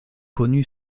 connu